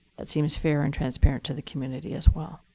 that seems fair and transparent to the community as well.